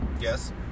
yes